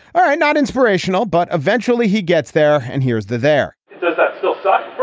all right not inspirational but eventually he gets there and here's the there does that still suck.